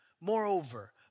Moreover